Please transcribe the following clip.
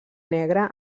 negre